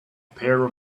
pair